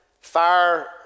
fire